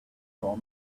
for